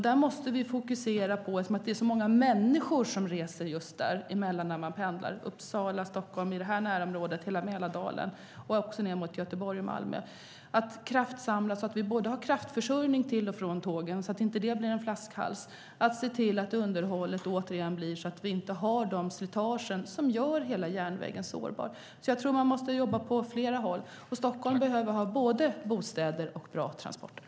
Vi måste fokusera på dessa områden eftersom det är så många människor som reser just där och pendlar mellan till exempel Uppsala och Stockholm i detta närområde, men också i hela Mälardalen och ned mot Göteborg och Malmö. Det måste göras en kraftsamling. Vi måste ha kraftförsörjning till och från tågen så att inte det blir en flaskhals, och vi måste se till att underhållet återigen blir sådant så att vi inte får de slitage som gör hela järnvägen sårbar. Jag tror därför att man måste jobba på flera håll. Stockholm behöver ha både bostäder och bra transporter.